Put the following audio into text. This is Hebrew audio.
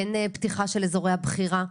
אין פתיחה של אזורי הבחירה,